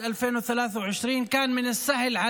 אבל מנסור,